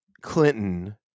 Clinton